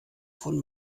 von